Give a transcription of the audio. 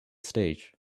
stage